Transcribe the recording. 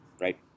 right